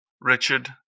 Richard